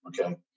Okay